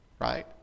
Right